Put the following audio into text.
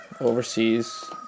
overseas